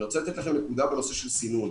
אני רוצה לתת לכם נקודה בנושא של סינון.